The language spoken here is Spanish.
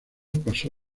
pasó